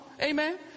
Amen